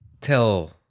Tell